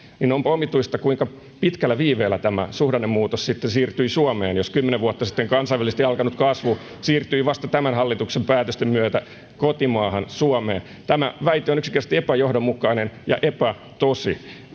niin on omituista kuinka pitkällä viiveellä tämä suhdannemuutos sitten siirtyi suomeen jos kymmenen vuotta sitten kansainvälisesti alkanut kasvu siirtyi vasta tämän hallituksen päätösten myötä kotimaahamme suomeen tämä väite on yksinkertaisesti epäjohdonmukainen ja epätosi